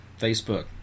Facebook